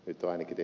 nyt kaiketi